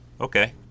Okay